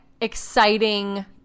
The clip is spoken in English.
exciting